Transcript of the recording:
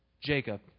Jacob